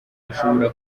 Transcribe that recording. ashobora